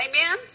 Amen